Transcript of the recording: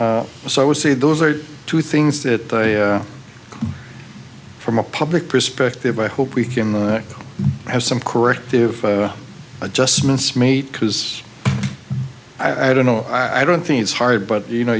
so i would say those are two things that from a public perspective i hope we can have some corrective adjustments made because i don't know i don't think it's hard but you know